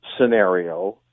scenario